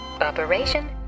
Operation